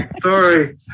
Sorry